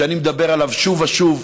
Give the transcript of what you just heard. שאני מדבר עליו שוב ושוב,